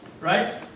Right